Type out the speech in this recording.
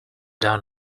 down